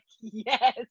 yes